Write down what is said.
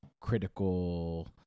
critical